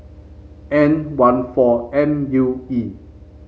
N one four M U E